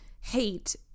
hate